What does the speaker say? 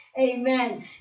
Amen